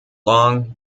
long